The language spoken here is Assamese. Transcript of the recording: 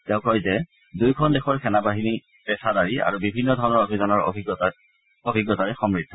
তেওঁ কয় দুয়োখন দেশৰ সেনা বাহিনী যথেষ্ঠ পেছাদাৰী আৰু বিভিন্ন ধৰণৰ অভিযানৰ অভিজ্ঞতাৰে সমূদ্ধ